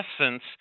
essence